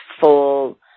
full